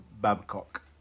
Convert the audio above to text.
Babcock